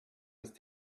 ist